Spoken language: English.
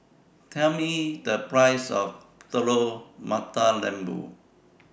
Tell Me The Price of Telur Mata Lembu